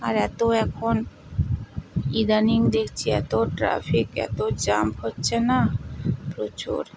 আর এত এখন ইদানিং দেখছি এত ট্রাফিক এত জ্যাম হচ্ছে না প্রচুর